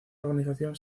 organización